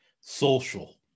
social